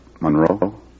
Monroe